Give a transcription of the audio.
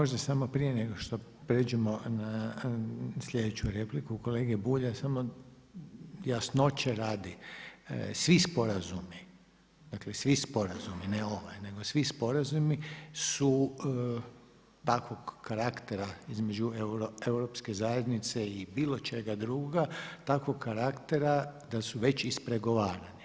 Možda samo prije nego prijeđemo na sljedeću repliku kolege Bulja samo jasnoće radi, svi sporazumi dakle svi sporazumi ne ovaj, nego svi sporazumi su takvog karaktera između Europske zajednice i bilo čega drugoga, takvog karaktera da su već ispregovarani.